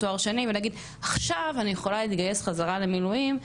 או תואר שני ולהגיד עכשיו אני יכולה להתגייס חזרה למילואים,